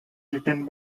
written